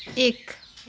एक